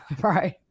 Right